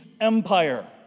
empire